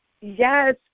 Yes